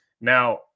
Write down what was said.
Now